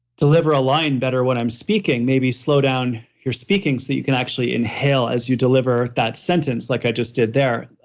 deliver a line better when i'm speaking, maybe slow down your speaking, so you can actually inhale as you deliver that sentence like i just did there.